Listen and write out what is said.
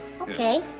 Okay